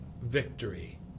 victory